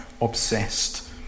obsessed